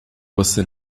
você